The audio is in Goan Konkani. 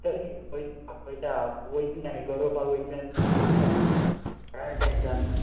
आसतलीं पळयता पळयता वयतलें आमी गरोवपाक वयतलें आमी तेन्ना पळयता कांय टेन्शन